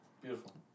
Beautiful